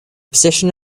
position